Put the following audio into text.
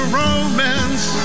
romance